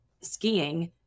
skiing